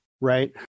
right